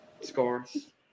scores